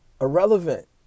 Irrelevant